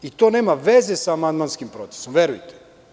I to nema veze sa amandmanskim procesom, verujte.